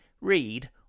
read